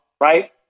right